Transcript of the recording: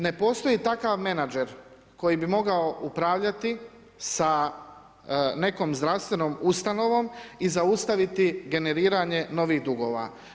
Ne postoji takav menadžer, koji bi mogao upravljati, sa nekom zdravstvenom ustanovom i zaustaviti generiranje novih dugova.